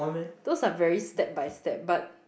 those are very step by step but